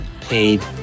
paid